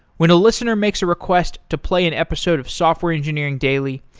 when a listener makes a request to play an episode of software engineering daily,